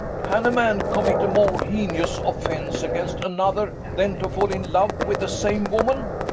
can a man commit a more heinous offence against another than to fall in love with the same woman?